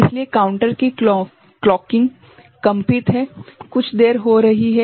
इसलिए काउंटर की क्लॉकिंग कंपित है कुछ देर हो रही है